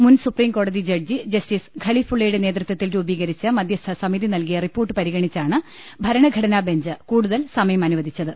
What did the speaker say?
മുൻ ്സുപ്രീംകോടതി judge justice ഖലീഫുള്ളയുടെ നേതൃത്വത്തിൽ രൂപീകരിച്ച മധ്യസ്ഥസമിതി നൽകിയ റിപ്പോർട്ട് പരിഗണിച്ചാണ് ഭരണഘടനാബെഞ്ച് കൂടുതൽസമയം അനുവദി ച്ചത്